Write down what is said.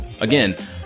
Again